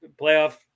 playoff